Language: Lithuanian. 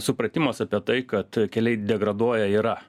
supratimas apie tai kad keliai degraduoja yra